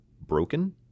broken